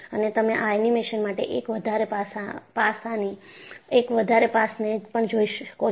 અને તમે આ એનિમેશન માટે એક વધારે પાસને પણ જોઈ શકો છો